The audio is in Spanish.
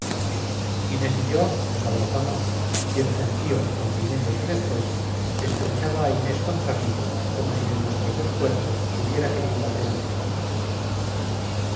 inés y yo nos abrazamos y el gentío comprimiéndose después estrechaba a inés contra mí como si de nuestros dos cuerpos hubiera querido hacer uno solo